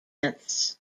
ants